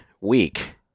week